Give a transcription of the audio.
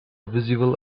visible